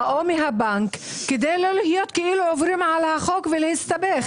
או מהבנק כדי לא לעבור על החוק ולהסתבך.